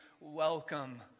welcome